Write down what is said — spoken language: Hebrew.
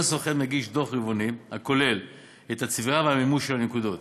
כל סוכן מגיש דוח רבעוני הכולל את הצבירה והמימוש של הנקודות.